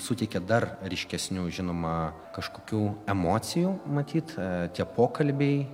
suteikė dar ryškesnių žinoma kažkokių emocijų matyt tie pokalbiai